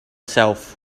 self